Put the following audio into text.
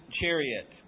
chariot